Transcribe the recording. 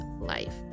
life